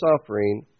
suffering